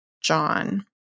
John